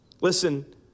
Listen